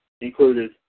included